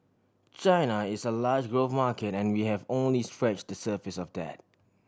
China is a large growth market and we have only scratch the surface of that